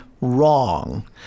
wrong